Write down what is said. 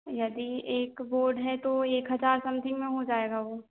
यदि एक बोर्ड है तो एक हज़ार समथिंग में हो जाएगा वह